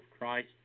Christ